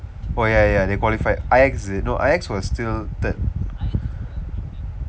oh ya ya they qualified I exit no I X was still third